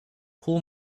pull